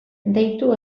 deitu